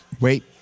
Wait